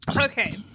Okay